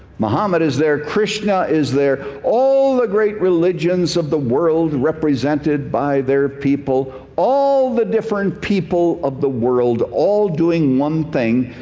mohamed is there, krishna is there. all the great religions of the world represented by their people. all the different people of the world all doing one thing,